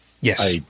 Yes